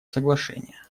соглашения